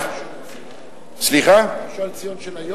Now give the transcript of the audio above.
של היום?